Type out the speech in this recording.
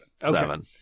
seven